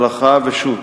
הלכה ושו"ת,